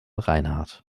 reinhardt